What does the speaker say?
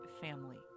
family